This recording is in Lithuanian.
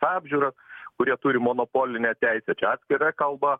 apžiūrą kurie turi monopolinę teisę čia atskira kalba